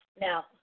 Now